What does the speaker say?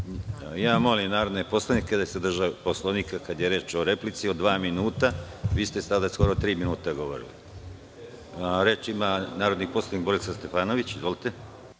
Molim narodne poslanike da se drže Poslovnika, kada je reč o replici od dva minuta. Vi ste sada skoro tri minuta govorili. Reč ima Narodni poslanik Borislav Stefanović. Izvolite.